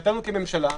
מבחינתנו כממשלה,